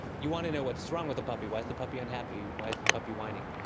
you want to know what's wrong with the puppy, why is the puppy unhappy, why is the puppy whining?